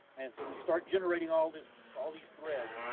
and so we start generating all this, all these threads,